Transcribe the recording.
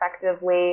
effectively